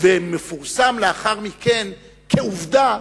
ומפורסם לאחר מכן כעובדה,